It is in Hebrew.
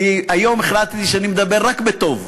היום החלטתי שאני מדבר רק בטוב.